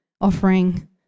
offering